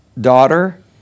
daughter